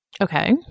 Okay